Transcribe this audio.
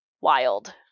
wild